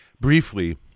Briefly